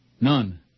None